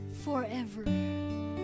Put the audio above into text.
forever